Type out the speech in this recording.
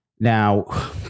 Now